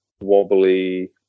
wobbly